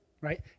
Right